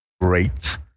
great